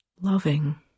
loving